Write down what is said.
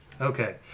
Okay